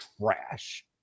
trash